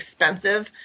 expensive